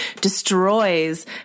destroys